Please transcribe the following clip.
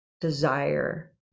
desire